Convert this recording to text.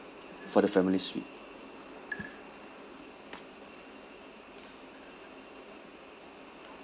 for the family suite